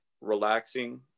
relaxing